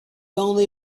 only